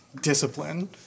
discipline